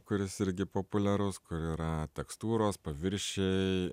kuris irgi populiarus kur yra tekstūros paviršiai